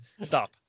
Stop